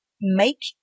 make